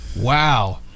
wow